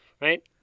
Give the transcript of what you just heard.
Right